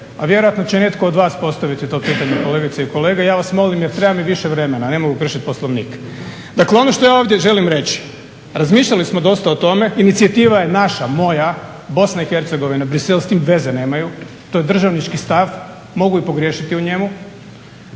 a vjerojatno će netko od vas postaviti to pitanje. Kolegice i kolege, ja vas molim jer treba mi više vremena, a ne mogu kršiti Poslovnik. Dakle, ono što ja želim ovdje želim reći razmišljali smo dosta o tome, inicijativa je naša, moja, Bosna i Hercegovina, Bruxelles s tim veze nemaju. To je državnički stav. Mogu i pogriješiti u njemu,